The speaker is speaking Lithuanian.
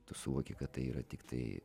tu suvoki kad tai yra tiktai